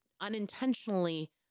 unintentionally